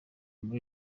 muri